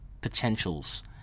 potentials